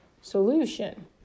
solution